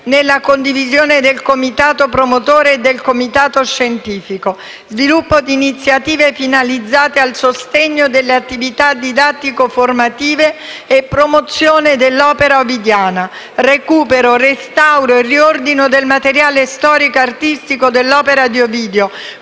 totale condivisione dal comitato promotore e dal comitato scientifico: sviluppo di iniziative finalizzate al sostegno delle attività didattico-formative di promozione dell'opera ovidiana; il recupero, il restauro e il riordino del materiale storico e artistico dell'opera di Ovidio,